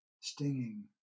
stinging